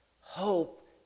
Hope